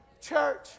Church